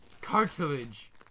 Cartilage